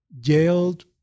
jailed